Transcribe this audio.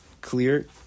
clear